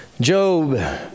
Job